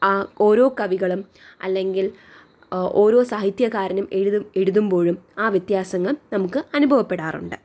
ആ ഓരോ കവികളും അല്ലെങ്കിൽ ഓരോ സാഹിത്യകാരനും എഴുതുമ്പോഴും ആ വ്യത്യാസങ്ങൾ നമുക്ക് അനുഭവപ്പെടാറുണ്ട്